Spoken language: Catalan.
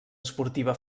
esportiva